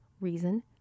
reason